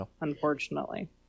unfortunately